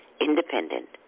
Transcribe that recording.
independent